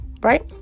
Right